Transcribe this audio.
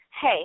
hey